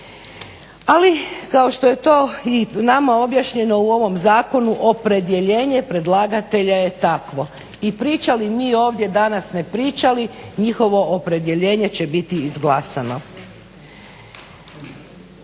Ali kao što je to i nama objašnjeno u ovom zakonu opredjeljenje predlagatelja je takvo. I pričali mi ovdje danas ne pričali njihovo opredjeljenje će biti izglasano.